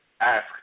ask